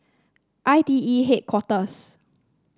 I T E Headquarters